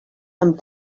amb